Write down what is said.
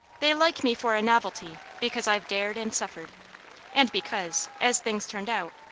they like me for a novelty, because i've dared and suffered and because, as things turned out,